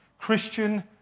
Christian